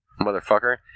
Motherfucker